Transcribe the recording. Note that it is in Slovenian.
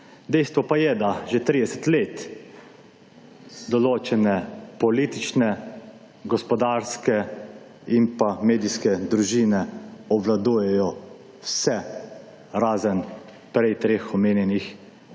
Dejstvo pa je, da že 30 let določene politične, gospodarske in pa medijske družine obvladujejo vse, razen prej treh omenjenih